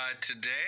today